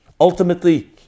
Ultimately